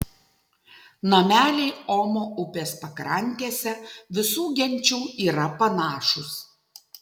nameliai omo upės pakrantėse visų genčių yra panašūs